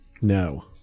No